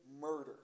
murder